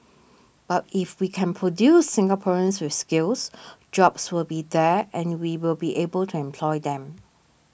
but if we can produce Singaporeans with skills jobs will be there and we will be able to employ them